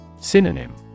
Synonym